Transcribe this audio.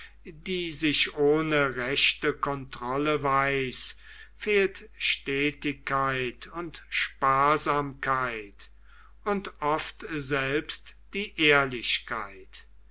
die sich ohne rechte kontrolle weiß fehlt stetigkeit und sparsamkeit und oft selbst die ehrlichkeit